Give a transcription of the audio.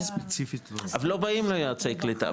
אבל לא באים יועצי קליטה,